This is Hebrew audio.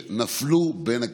שנפלו בין הכיסאות.